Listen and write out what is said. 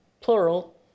plural